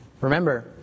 Remember